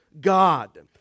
God